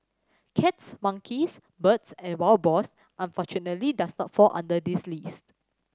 cats monkeys birds and wild boars unfortunately does not fall under this list